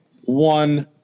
one